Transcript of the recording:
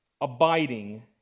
abiding